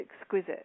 exquisite